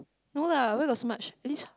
no lah where got so much at least